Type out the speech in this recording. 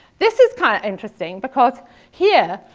this is kind of interesting because here,